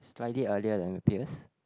slightly earlier than my peers